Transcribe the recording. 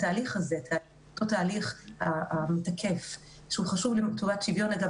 אבל התהליך הזה הוא תהליך שחשוב לטובת